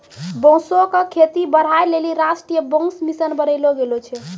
बांसो क खेती बढ़ाय लेलि राष्ट्रीय बांस मिशन बनैलो गेलो छै